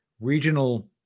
regional